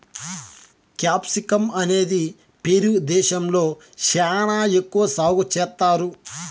capsicum అనేది Peru దేశంలో శ్యానా ఎక్కువ సాగు చేత్తారు